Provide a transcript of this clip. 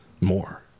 more